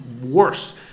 worse